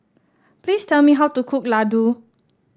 please tell me how to cook Ladoo